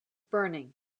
burning